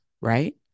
right